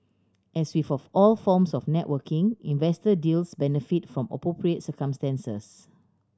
as with all forms of networking investor deals benefit from appropriate circumstances